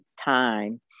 time